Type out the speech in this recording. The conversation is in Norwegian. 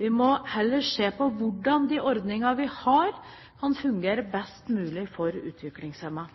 Vi må heller se på hvordan de ordningene vi har, kan fungere best mulig for